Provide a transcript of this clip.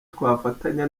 twafatanya